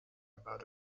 about